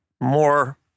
more